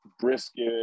brisket